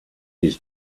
his